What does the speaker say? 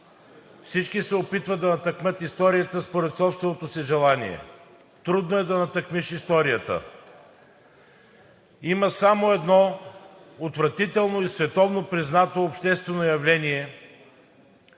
Всички се опитват да натъкмят историята според собственото си желание. Трудно е да натъкмиш историята. Има само едно отвратително и световно признато обществено явление,